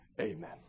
Amen